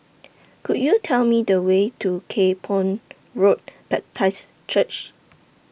Could YOU Tell Me The Way to Kay Poh Road Baptist Church